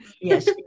Yes